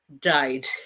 died